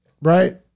right